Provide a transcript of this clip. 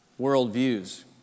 worldviews